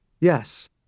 Yes